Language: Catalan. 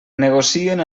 negocien